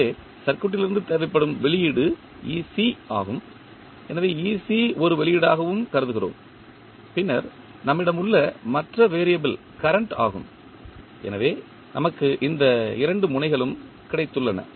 எனவே சர்க்யூட் லிருந்து தேவைப்படும் வெளியீடு ஆகும் எனவே ஒரு வெளியீடாகவும் கருதுகிறோம் பின்னர் நம்மிடம் உள்ள மற்ற வெறியபிள் கரண்ட் ஆகும் எனவே நமக்கு இந்த இரண்டு முனைகளும் கிடைத்துள்ளன